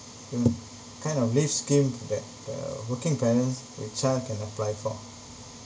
the kind of leaves scheme for that the working parents with child can apply for